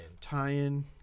tie-in